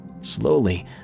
Slowly